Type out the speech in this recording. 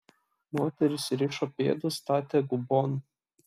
moterys rišo pėdus statė gubon